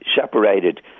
separated